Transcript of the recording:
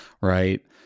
right